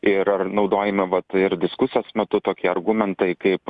ir ar naudojami vat ir diskusijos metu tokie argumentai kaip